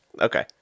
Okay